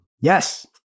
Yes